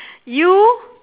you